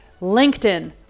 LinkedIn